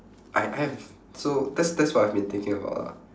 I I have so that's that's what I've been thinking about lah